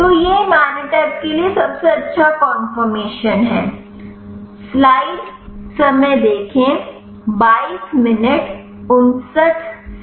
तो यह इमातिनब के लिए सबसे अच्छा कन्फर्मेशन्स है